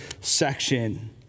section